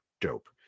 Dope